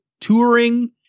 touring